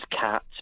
cat